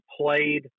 played